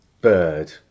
bird